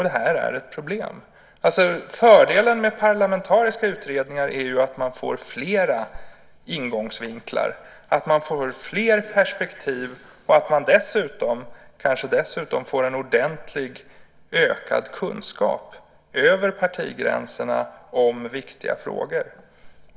Det här är ett problem. Fördelen med parlamentariska utredningar är ju att man får flera ingångsvinklar och perspektiv och kanske dessutom får en ordentligt ökad kunskap över partigränserna om viktiga frågor.